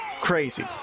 crazy